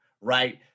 right